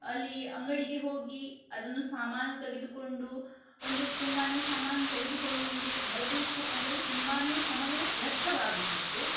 ಅಲ್ಲಿ ಅಂಗಡಿಗೆ ಹೋಗಿ ಅದನ್ನು ಸಾಮಾನು ತೆಗೆದುಕೊಂಡು ಒಂದು ತುಂಬನೇ ಸಾಮಾನು ತೆಗೆದುಕೊಂಡು ಬರಬೇಕು ಅಂದರೆ ತುಂಬನೇ ಸಮಯ ವ್ಯರ್ಥವಾಗುತ್ತಿತ್ತು